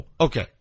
Okay